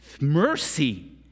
mercy